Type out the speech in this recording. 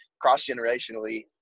cross-generationally